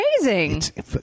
amazing